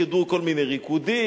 ירקדו כל מיני ריקודים,